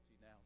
now